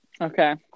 Okay